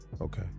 Okay